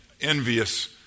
envious